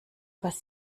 was